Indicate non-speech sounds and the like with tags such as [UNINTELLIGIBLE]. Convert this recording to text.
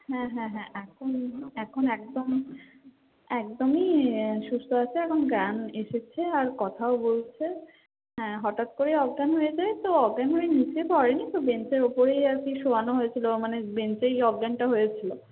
হ্যাঁ হ্যাঁ হ্যাঁ এখন এখন একদম একদমই [UNINTELLIGIBLE] সুস্থ আছে এখন জ্ঞান এসেছে আর কথাও বলছে হ্যাঁ হঠাৎ করেই অজ্ঞান হয়ে যায় তো অজ্ঞান হয়ে নীচে পড়েনি তো বেঞ্চের ওপরেই আর কি শোয়ানো হয়েছিলো মানে বেঞ্চেই অজ্ঞানটা হয়েছিলো